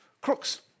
crooks